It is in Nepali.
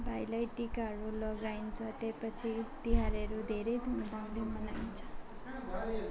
भाइलाई टिकाहरू लगाइन्छ त्योपछि तिहारहरू धेरै धुमधामले मनाइन्छ